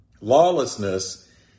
Lawlessness